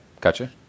gotcha